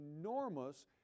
enormous